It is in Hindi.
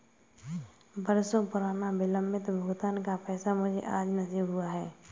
बरसों पुराना विलंबित भुगतान का पैसा मुझे आज नसीब हुआ है